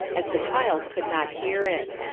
as the child could not hear it.